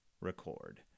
record